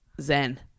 zen